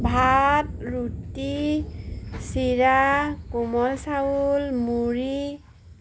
ভাত ৰুটি চিৰা কোমল চাউল মুড়ি